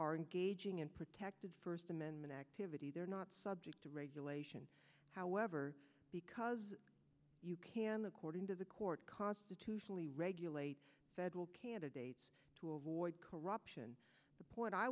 are engaging in protected first amendment activity they are not subject to regulation however because you can according to the court constitutionally regulate federal candidates to avoid corruption the point i